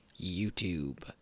YouTube